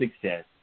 success